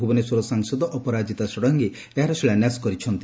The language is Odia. ଭୁବନେଶ୍ୱର ସାଂସଦ ଅପରାଜିତା ଷଡଙ୍ଗୀ ଏହାର ଶିଳାନ୍ୟାସ କରିଛନ୍ତି